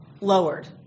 lowered